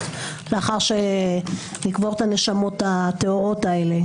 לאחר שנקבור את הנשמות הטהורות האלה.